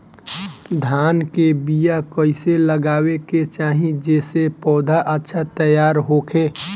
धान के बीया कइसे लगावे के चाही जेसे पौधा अच्छा तैयार होखे?